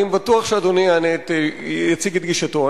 אני בטוח שאדוני יציג את גישתו.